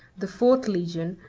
the fourth legion,